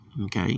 Okay